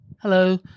hello